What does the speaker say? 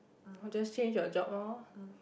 just change your job lor